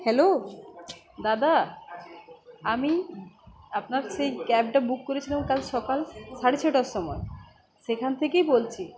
hello দাদা আমি আপনার সেই ক্যাবটা বুক করেছিলাম কাল সকাল সাড়ে ছটার সময় সেখান থেকেই বলছি